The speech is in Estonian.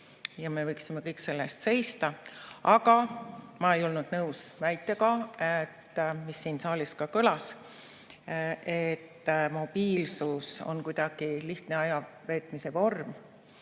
ja me kõik võiksime selle eest seista. Ma ei olnud nõus väitega, mis siin saalis ka kõlas, et mobiilsus on kuidagi lihtne ajaveetmise vorm